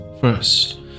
First